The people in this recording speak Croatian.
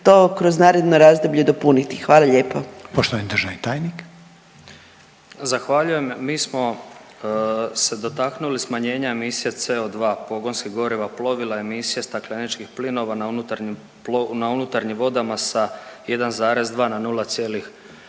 to kroz naredno razdoblje dopuniti? Hvala lijepo. **Reiner, Željko (HDZ)** Poštovani državni tajnik. **Bilaver, Josip (HDZ)** Zahvaljujem. Mi smo se dotaknuli smanjenja emicija CO2, pogonskih goriva, plovila, emisija stakleničkih plinova na unutarnjim vodama sa 1,2 na 0,6%.